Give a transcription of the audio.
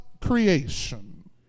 creation